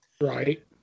Right